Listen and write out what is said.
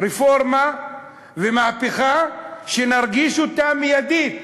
רפורמה ומהפכה שנרגיש אותה מיידית.